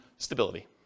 Stability